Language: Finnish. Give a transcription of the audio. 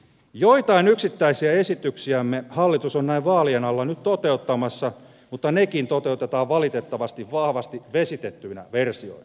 joitain yksittäisiä esityksiämme hallitus on näin vaalien alla nyt toteuttamassa mutta nekin toteutetaan valitettavasti vahvasti vesitettyinä versioina